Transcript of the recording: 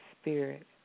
spirit